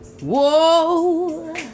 Whoa